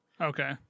Okay